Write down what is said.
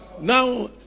Now